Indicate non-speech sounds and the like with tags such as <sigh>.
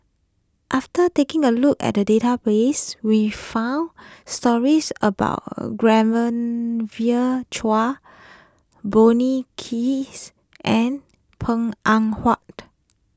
after taking a look at the database we found stories about <unintelligible> Chua Bonny Hicks and Png Eng Huat